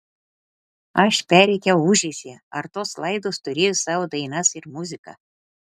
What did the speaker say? aš perrėkiau ūžesį ar tos laidos turėjo savo dainas ir muziką